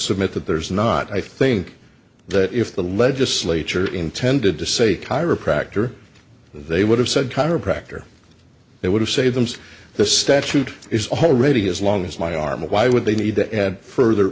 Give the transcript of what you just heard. submit that there is not i think that if the legislature intended to say chiropractor they would have said chiropractor they would say them's the statute is already as long as my arm why would they need to add further